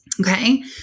Okay